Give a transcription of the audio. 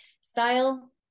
Style